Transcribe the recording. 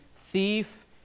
thief